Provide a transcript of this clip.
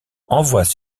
envoie